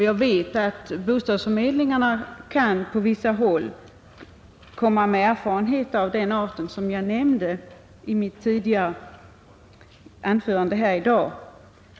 Jag vet att vissa bostadsförmedlingar har erfarenheter av den art som jag nämnde i mitt tidigare anförande här i dag.